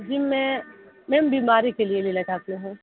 जी मैं मैम बीमारी के लिए लेना चाहती हूँ